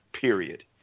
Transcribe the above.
period